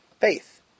Faith